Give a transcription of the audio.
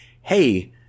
hey